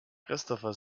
christopher